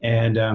and